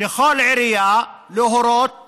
לכל עירייה להורות